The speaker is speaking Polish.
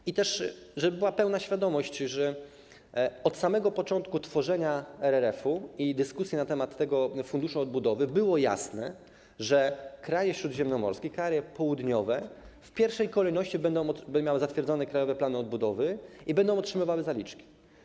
I też żeby była pełna świadomość, od samego początku tworzenia RRF-u i dyskusji na temat tego funduszu odbudowy było jasne, że kraje śródziemnomorskie, kraje południowe w pierwszej kolejności będą miały zatwierdzony Krajowy Plan Odbudowy i będą otrzymywały zaliczki.